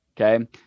Okay